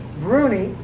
bruni,